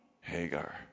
Hagar